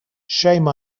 shame